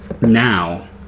Now